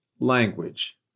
language